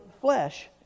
flesh